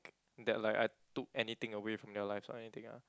that like I took anything away from your lives or anything ah